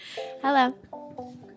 Hello